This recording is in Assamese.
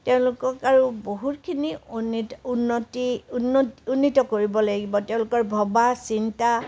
তেওঁলোকক আৰু বহুতখিনি উন্নিত উন্নতি উন্নত উন্নিত কৰিব লাগিব তেওঁলোকৰ ভবা চিন্তা সকলো